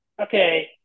okay